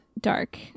dark